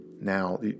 Now